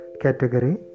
Category